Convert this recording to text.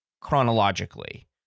chronologically